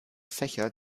fächer